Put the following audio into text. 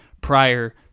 prior